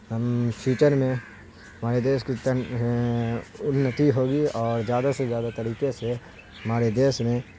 ہم فیوچر میں ہمارے دیش کو انتی ہوگی اور زیادہ سے زیادہ طریقے سے ہمارے دیش میں